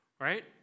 right